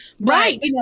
Right